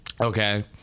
Okay